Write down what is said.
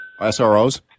SROs